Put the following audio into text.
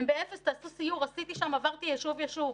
תעשו סיור, עשיתי שם, עברתי יישוב יישוב.